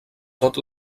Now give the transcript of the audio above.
tot